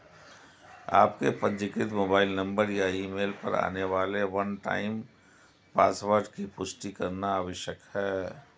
आपके पंजीकृत mobile number या ईमेल पर आने वाले वन टाइम पासवर्ड की पुष्टि करना आवश्यक है